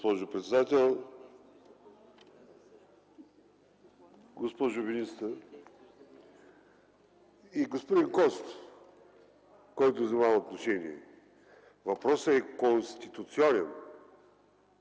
госпожо председател. Госпожо министър и господин Костов, който взехте отношение! Въпросът е конституционен.